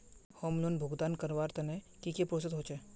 Home loan भुगतान करवार तने की की प्रोसेस होचे?